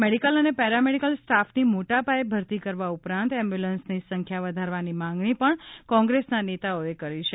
medical અને paramedical સ્ટાફની મોટા પાયે ભરતી કરવા ઉપરાંત એમ્બ્યુલન્સની સંખ્યા વધારવાની માંગણી પણ કોંગ્રેસના નેતાઓએ કરી છે